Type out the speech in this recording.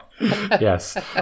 Yes